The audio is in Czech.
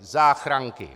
Záchranky.